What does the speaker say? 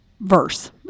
verse